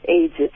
ages